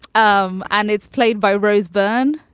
um and it's played by rose byrne.